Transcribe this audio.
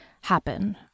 happen